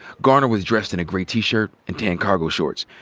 garner was dressed in a gray t-shirt and tan cargo shorts,